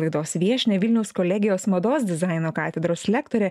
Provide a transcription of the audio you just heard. laidos viešnią vilniaus kolegijos mados dizaino katedros lektorė